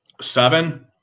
Seven